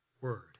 word